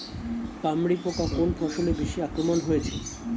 পামরি পোকা কোন ফসলে বেশি আক্রমণ হয়েছে?